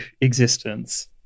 existence